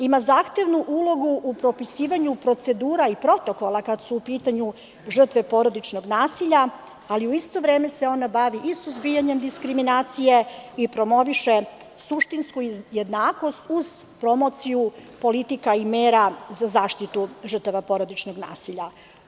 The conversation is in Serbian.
Ima zahtevnu ulogu u propisivanju procedura i protokola, kada su u pitanju žrtve porodičnog nasilja, ali u isto vreme se ona bavi i suzbijanjem diskriminacije i promoviše suštinsku jednakost uz promociju politika i mera za zaštitu žrtava porodičnog nasilja.